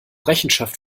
rechenschaft